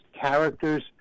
characters